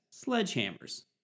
sledgehammers